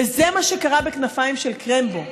וזה מה שקרה בכנפיים של קרמבו.